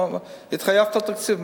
התחייבת על תקציב,